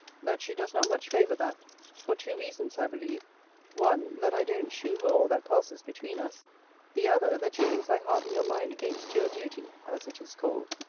that she does not much favour that for two reasons, i believe one, that i don't shew her all that passes between us the other, that she thinks i harden your mind against your duty, as it is called.